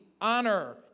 honor